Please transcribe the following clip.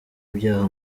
ibyaha